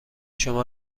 شما